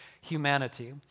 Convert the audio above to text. humanity